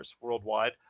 worldwide